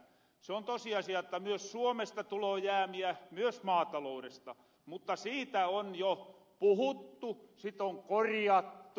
se on tosiasia että myös suomesta tuloo jäämiä myös maataloudesta mutta siitä on jo puhuttu siton korjattu